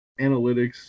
analytics